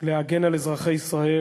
להגן על אזרחי ישראל.